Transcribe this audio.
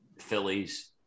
Phillies